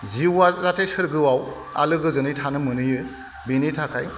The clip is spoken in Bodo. जिउआ जाहाथे सोरगोआव आलो गोजोनै थानो मोनहैयो बेनि थाखाय